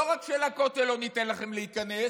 לא רק שלכותל לא ניתן לכם להיכנס,